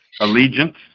Allegiance